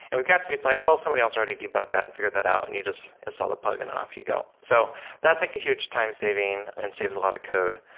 with gatsby it's like, well, somebody else already debugged that and figured that out, and you just install a plugin and off you go. so that's like a huge time-saving and saves a lot of code.